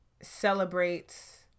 celebrates